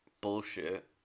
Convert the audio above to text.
bullshit